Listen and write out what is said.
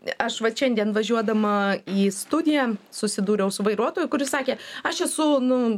aš vat šiandien važiuodama į studiją susidūriau su vairuotoju kuris sakė aš esu nu